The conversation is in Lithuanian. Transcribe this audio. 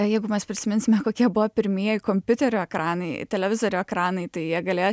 jeigu mes prisiminsime kokie buvo pirmieji kompiuterių ekranai televizorių ekranai tai jie galėjo